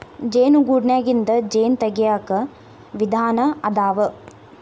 ಜೇನು ಗೂಡನ್ಯಾಗಿಂದ ಜೇನ ತಗಿಯಾಕ ವಿಧಾನಾ ಅದಾವ